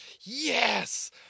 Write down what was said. yes